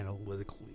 analytically